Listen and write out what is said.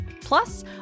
Plus